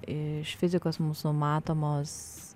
iš fizikos mūsų matomos